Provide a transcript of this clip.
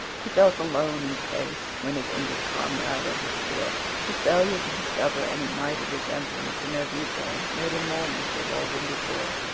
he felt alone in space when his injured comrade had disappeared. his failure to discover any mite of resemblance in their viewpoints made him more miserable than before.